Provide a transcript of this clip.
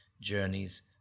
journeys